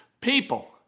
people